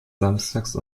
samstags